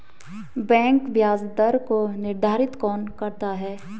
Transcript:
Bank ब्याज दर को निर्धारित कौन करता है?